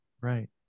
Right